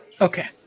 Okay